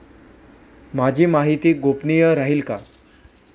माझी माहिती गोपनीय राहील का?